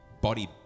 body